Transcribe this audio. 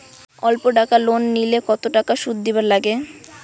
অল্প টাকা লোন নিলে কতো টাকা শুধ দিবার লাগে?